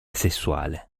sessuale